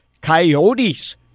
coyotes